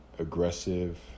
aggressive